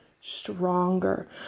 stronger